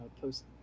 post